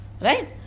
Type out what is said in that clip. Right